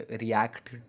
react